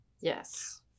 Yes